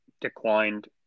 declined